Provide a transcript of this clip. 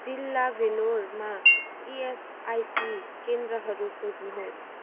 जिल्ला भेल्लोरमा इएसआइसी केन्द्रहरू खोज्नुहोस्